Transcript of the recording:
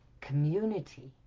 community